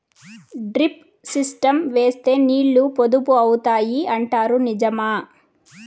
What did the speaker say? Drip system వేస్తే నీళ్లు పొదుపు అవుతాయి అంటారు నిజమా?